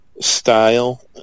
style